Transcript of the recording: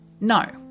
no